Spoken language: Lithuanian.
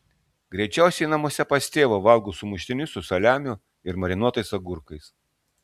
greičiausiai ji namuose pas tėvą valgo sumuštinius su saliamiu ir marinuotais agurkais